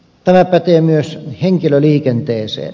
tämä pätee myös henkilöliikenteeseen